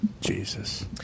Jesus